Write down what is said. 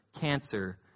cancer